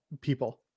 people